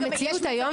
המציאות היום,